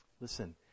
Listen